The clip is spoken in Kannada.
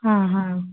ಹಾಂ ಹಾಂ